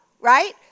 right